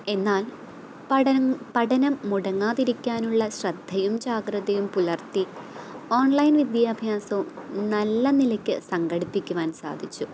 എന്നാൽ പഠനം പഠനം മുടങ്ങാതിരിക്കാനുള്ള ശ്രദ്ധയും ജാഗ്രതയും പുലർത്തി ഓൺലൈൻ വിദ്യാഭ്യാസവും നല്ല നിലക്ക് സംഘടിപ്പിക്കുവാൻ സാധിച്ചു